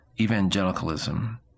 evangelicalism